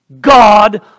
God